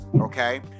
Okay